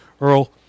Earl